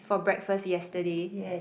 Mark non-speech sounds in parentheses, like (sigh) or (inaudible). for breakfast yesterday (noise)